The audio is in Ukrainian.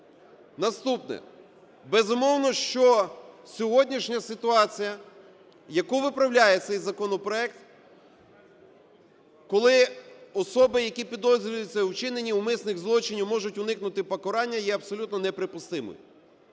Наступне. безумовно, що сьогоднішня ситуація, яку виправляє цей законопроект, коли особи, які підозрюються у вчиненні умисних злочинів, можуть уникнути покарання, є абсолютно неприпустимим.